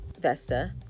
vesta